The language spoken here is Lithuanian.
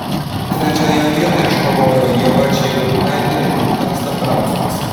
trečiąją vietą iškovojo ieva čeilutkaitė ir gintaras dambrauskas